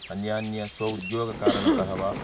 अन्यान्य स्व उद्योगकारणतः वा